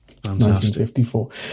1954